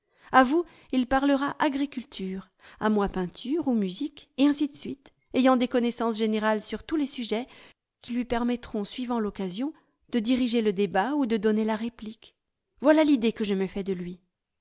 à vous il parlera agriculture à moi peinture ou musique et ainsi de suite ayant des connaissances générales sur tous les sujets qui lui permettront suivant l'occasion de diriger le débat ou de donner la réplique voilà l'idée que je me fais de lui